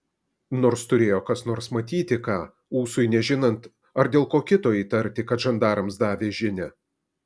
nors turėjo kas nors matyti ką ūsui nežinant ar dėl ko kito įtarti kad žandarams davė žinią